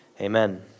Amen